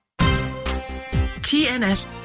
TNS